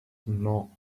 non